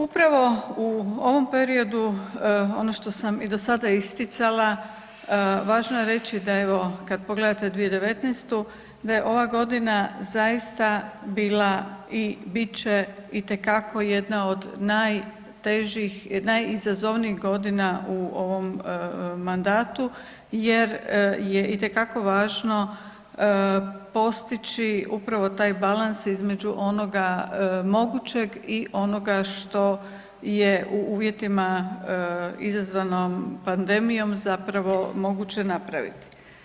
Upravo u ovom periodu ono što sam i do sada isticala, važno je reći kada pogledate 2019. da je ova godina zaista bila i bit će itekako jedna od najtežih, najizazovnijih godina u ovom mandatu jer je važno postići upravo taj balans između onoga mogućeg i onoga što je u uvjetima izazvanom pandemijom moguće napraviti.